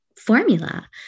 formula